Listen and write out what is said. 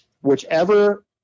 whichever